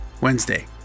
Wednesday